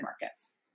markets